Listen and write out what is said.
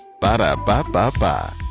Ba-da-ba-ba-ba